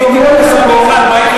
אני מציב לך אתגר.